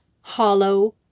hollow